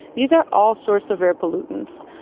these are all sorts of air pollutants.